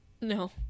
no